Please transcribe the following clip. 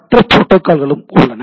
மற்ற புரோட்டோகால்களும் உள்ளன